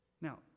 Now